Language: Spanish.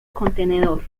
contenedor